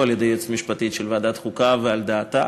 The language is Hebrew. על-ידי היועצת המשפטית של ועדת החוקה ועל דעתה,